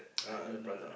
I don't know ah